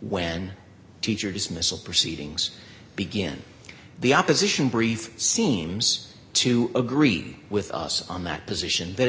when teacher dismissal proceedings begin the opposition brief seems to agree with us on that position that at